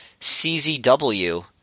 CZW